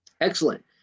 Excellent